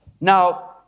Now